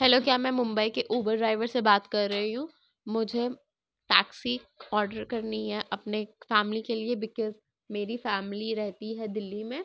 hello کیا میں ممبئی کے اوبر ڈرائیور سے بات کر رہی ہوں مجھے ٹیکسی آڈر کرنی ہے اپنے فیملی کے لیے بیکز میری فیملی رہتی ہے دلی میں